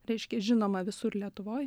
reiškia žinoma visur lietuvoje